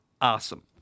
awesome